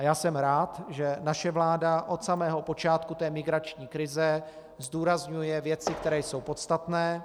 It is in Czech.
Já jsem rád, že naše vláda od samého počátku té migrační krize zdůrazňuje věci, které jsou podstatné.